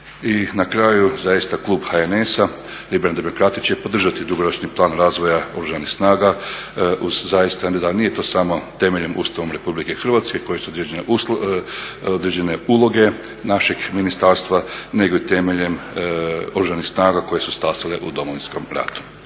I na kraju zaista klub HNS-a će podržati dugoročni plan razvoja Oružanih snaga uz zaista da velim da nije to samo temeljem Ustava RH … određene uloge našeg ministarstva nego i temeljem Oružanih snaga koje su stasale u Domovinskom ratu.